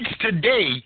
today